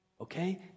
Okay